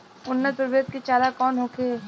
उन्नत प्रभेद के चारा कौन होखे?